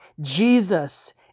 Jesus